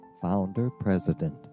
founder-president